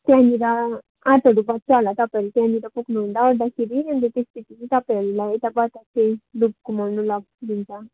त्यहाँनेर आठहरू बज्छ होला तपाईँहरू त्यहाँनेर पुग्नु हुँदा ओर्दाखेरि अन्त त्यस पछि चाहिँ तपाईँहरूलाई यता बजारतिर लुप घुमाउनु लगिदिन्छ